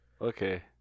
Okay